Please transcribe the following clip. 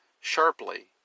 sharply